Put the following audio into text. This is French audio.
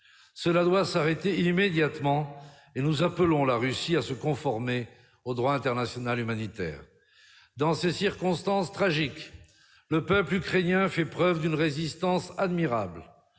Cela doit s'arrêter immédiatement et nous appelons la Russie à se conformer au droit international humanitaire. Dans ces circonstances tragiques, le peuple ukrainien fait preuve d'une résistance admirable.